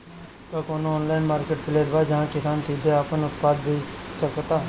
का कोनो online marketplace बा जहां किसान सीधे अपन उत्पाद बेच सकता?